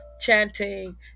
chanting